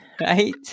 right